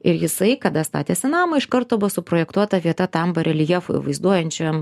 ir jisai kada statėsi namą iš karto buvo suprojektuota vieta tam bareljefui vaizduojančiam